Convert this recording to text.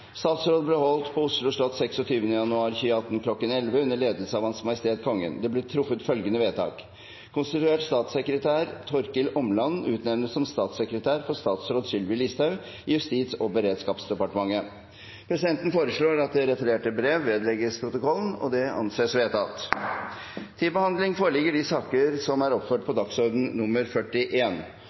Statsråd ble holdt på Oslo slott 26. januar 2018 kl.1100 under ledelse av Hans Majestet Kongen. Det ble truffet følgende vedtak: Konstituert statssekretær Torkil Åmland utnevnes som statssekretær for statsråd Sylvi Listhaug i Justis- og beredskapsdepartementet.» Presidenten foreslår at det refererte brevet vedlegges protokollen. – Det anses vedtatt. Før sakene på dagens kart tas opp til behandling,